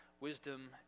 wisdom